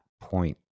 point